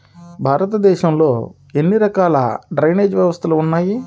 భారతదేశంలో ఎన్ని రకాల డ్రైనేజ్ వ్యవస్థలు ఉన్నాయి?